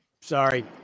sorry